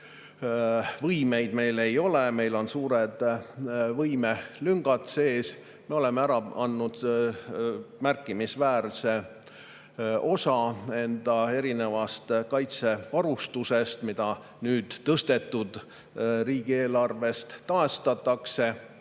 võimeid meil ei ole, meil on suured võimelüngad, me oleme ära andnud märkimisväärse osa enda kaitsevarustusest, mida nüüd [suurendatud] eelarvest taastatakse.